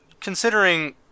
considering